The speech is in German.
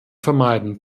vermeiden